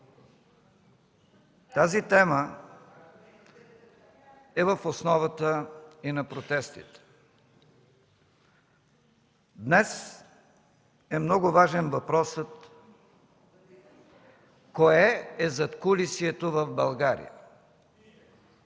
Тази тема е в основата и на протестите. Днес е много важен въпросът кое е задкулисието в България?!